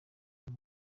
uyu